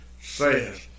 says